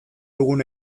dugun